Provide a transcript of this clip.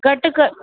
घटि क